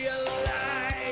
alive